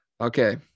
Okay